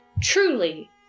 truly